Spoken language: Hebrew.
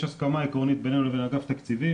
יש הסכמה עקרונית בינינו לבין אגף תקציבים,